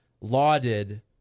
lauded